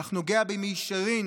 אך נוגע במישרין